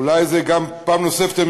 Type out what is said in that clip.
אולי זו גם פעם נוספת,